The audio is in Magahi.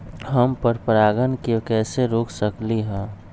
हम पर परागण के कैसे रोक सकली ह?